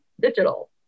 digital